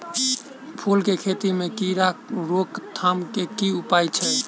फूल केँ खेती मे कीड़ा रोकथाम केँ की उपाय छै?